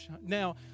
Now